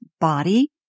body